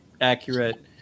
accurate